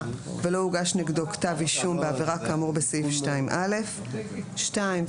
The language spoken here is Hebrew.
ולא הוגש נגדו כתב אישום בעבירה כאמור בסעיף 2(א); ועדת